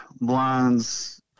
blinds